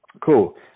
Cool